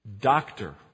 doctor